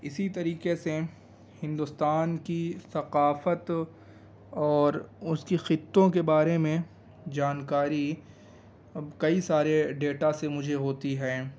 اسی طریقے سے ہندوستان کی ثقافت اور اس کی خطوں کے بارے میں جانکاری کئی سارے ڈیٹا سے مجھے ہوتی ہیں